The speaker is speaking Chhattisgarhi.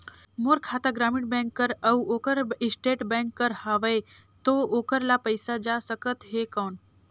मोर खाता ग्रामीण बैंक कर अउ ओकर स्टेट बैंक कर हावेय तो ओकर ला पइसा जा सकत हे कौन?